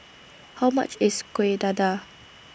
How much IS Kuih Dadar